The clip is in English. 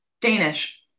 Danish